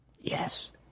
Yes